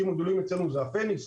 המשקיעים הגדולים אצלנו הם: הפניקס,